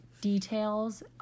details